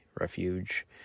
refuge